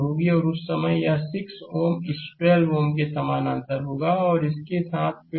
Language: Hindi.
और उस समय यह 6 Ω इस 12 Ω के समानांतर होगा और इसके साथ 12 Ω